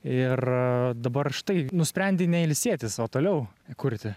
ir dabar štai nusprendei ne ilsėtis o toliau kurti